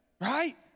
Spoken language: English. right